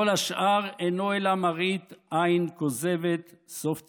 כל השאר אינו אלא מראית עין כוזבת", סוף ציטוט.